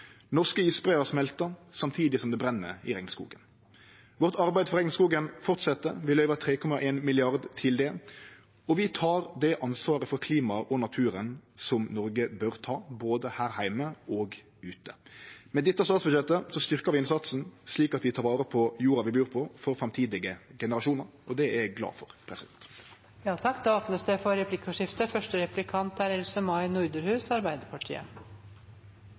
Norske isbrear smeltar, samtidig som det brenn i regnskogen. Vårt arbeid for regnskogen fortset. Vi løyver 3,1 mrd. kr til det. Og vi tek det ansvaret for klimaet og naturen som Noreg bør ta, både her heime og ute. Med dette statsbudsjettet styrkjer vi innsatsen, slik at vi tek vare på jorda vi bur på, for framtidige generasjonar. Det er eg glad for. Det blir replikkordskifte. Jeg synes det var interessant å høre innlegget. Det var også veldig bra at statsråden er